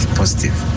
positive